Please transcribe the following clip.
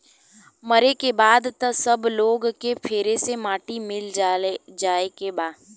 मरे के बाद त सब लोग के फेर से माटी मे मिल जाए के बा